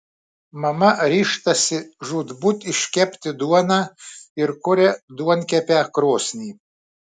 mama ryžtasi žūtbūt iškepti duoną ir kuria duonkepę krosnį